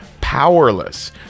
Powerless